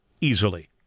easily